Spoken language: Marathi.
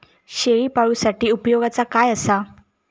शेळीपाळूसाठी उपयोगाचा काय असा?